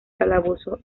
calabozo